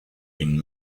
been